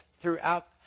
throughout